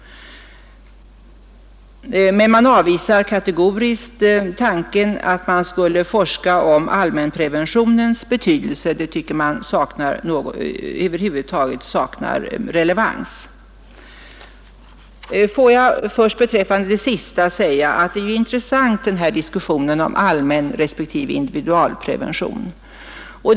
Men man avvisar kategoriskt tanken att man skulle forska om allmänpreventionens betydelse — det tycker man saknar relevans. Får jag beträffande det sista säga att diskussionen om allmänrespektive individualprevention är intressant.